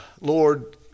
Lord